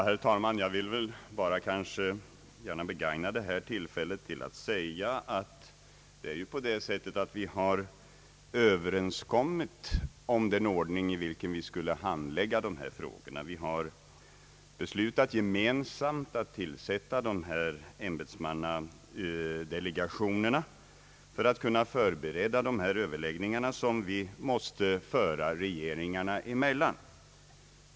Herr talman! Jag vill gärna begagna tillfället att säga att vi från dansk och svensk sida har kommit överens om den ordning i vilken vi skall handlägga dessa frågor. Vi har gemensamt beslutat att tillsätta ämbetsmannadelegationerna för att kunna förbereda de överläggningar som måste föras regeringarna emellan.